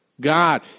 God